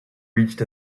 reached